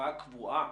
תופעה קבועה